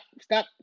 stop